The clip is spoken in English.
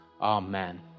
Amen